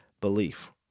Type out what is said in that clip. belief